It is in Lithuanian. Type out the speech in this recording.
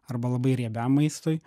arba labai riebiam maistui